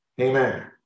Amen